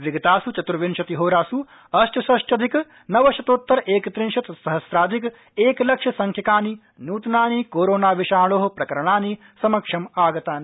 विगतासू चतुर्विंशतिहोरासू अष्टषष्ट्यधिक नवशतोत्तर एकंत्रिंशत् सहस्राधिक एकलक्ष संख्याकानि नूतनानि कोरोणा विषाणो प्रकरणानि समक्षम् आगतानि